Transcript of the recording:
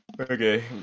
okay